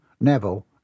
Neville